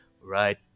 Right